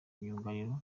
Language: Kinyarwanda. myugariro